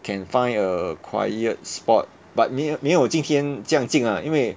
can find a quiet spot but 没有没有今天这样静 ah 因为